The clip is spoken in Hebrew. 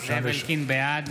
בעד